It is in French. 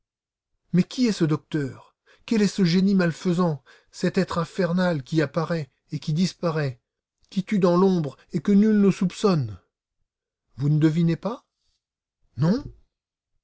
mais qui est ce docteur quel est ce génie malfaisant cet être infernal qui apparaît et qui disparaît qui tue dans l'ombre et que nul ne soupçonne vous ne devinez pas non